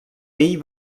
ell